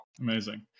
Amazing